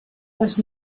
les